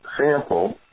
sample